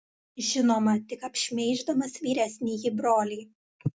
žinoma tik apšmeiždamas vyresnįjį brolį